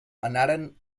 anaren